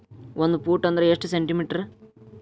ಒಂದು ಫೂಟ್ ಅಂದ್ರ ಎಷ್ಟು ಸೆಂಟಿ ಮೇಟರ್?